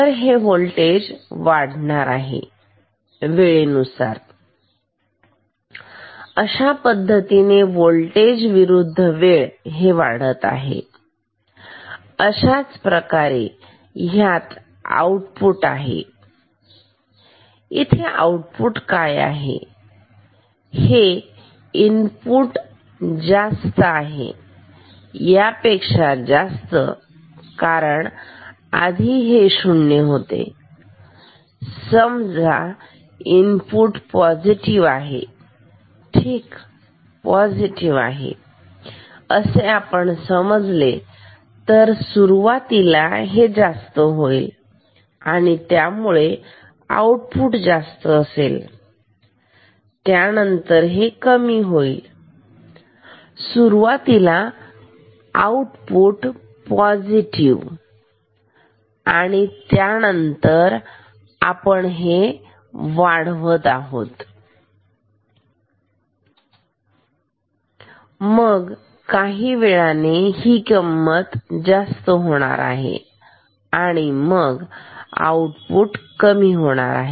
तर हे होल्टेज वाढणार आहे वेळेनुसार अशा पद्धतीने होल्टेज विरुद्ध वेळ हे वाढत आहे अशाप्रकारे ह्यात आउटपुट आहे आऊटपुट काय आहे आधी हे इनपुट जास्त आहे यापेक्षा जास्त कारण आधी हे शून्य होते असे समजा की इनपुट पॉझिटिव आहे ठीक हे पॉझिटिव्ह आहे असे आपण समजू तर सुरुवातीला हे जास्त आहे त्यामुळे आउटपुट जास्त असेल आणि त्यानंतर ते कमी होईल सुरुवातीला आउटपुट पॉझिटिव्ह त्यानंतर आपण हे वाढवत आहोत मग काही वेळाने ही किंमत जास्त होणार आहे आणि त्यावेळी आउटपुट कमी होणार आहे